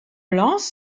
blancs